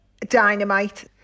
dynamite